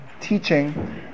teaching